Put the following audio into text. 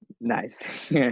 Nice